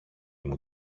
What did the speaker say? μου